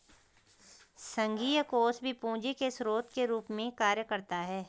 संघीय कोष भी पूंजी के स्रोत के रूप में कार्य करता है